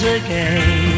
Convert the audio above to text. again